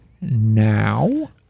now